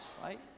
right